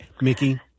Mickey